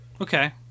Okay